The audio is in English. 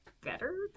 better